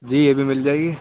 جی یہ بھی مل جائے گی